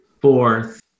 fourth